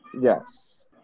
Yes